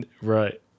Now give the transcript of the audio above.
Right